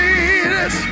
Jesus